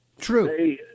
True